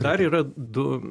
dar yra du